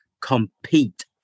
compete